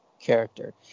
character